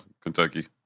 Kentucky